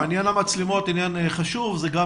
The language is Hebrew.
עניין המצלמות הוא עניין חשוב והוא גם